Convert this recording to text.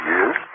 Yes